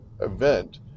event